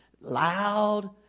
loud